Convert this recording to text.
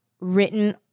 written